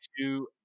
two